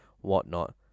whatnot